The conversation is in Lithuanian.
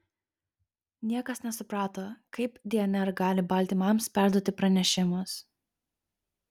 niekas nesuprato kaip dnr gali baltymams perduoti pranešimus